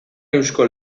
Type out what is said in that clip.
eusko